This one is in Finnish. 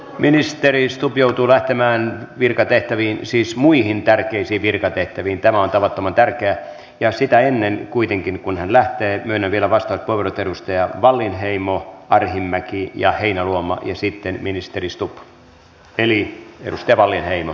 ministeri stubb joutuu lähtemään virkatehtäviin siis muihin tärkeisiin virkatehtäviin tämä on tavattoman tärkeä ja ennen kuin hän lähtee myönnän vielä vastauspuheenvuorot edustajille wallinheimo arhinmäki ja heinäluoma ja sitten ministeri stubb